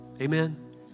amen